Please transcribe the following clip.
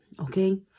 okay